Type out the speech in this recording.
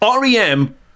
REM